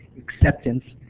acceptance,